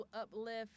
uplift